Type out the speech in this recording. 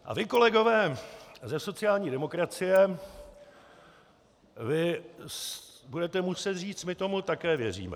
A vy, kolegové ze sociální demokracie, vy budete muset říct: My tomu také věříme.